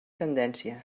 tendència